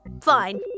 fine